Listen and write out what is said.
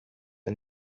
and